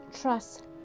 Trust